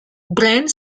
brent